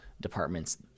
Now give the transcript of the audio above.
departments